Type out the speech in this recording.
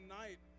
night